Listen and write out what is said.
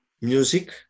music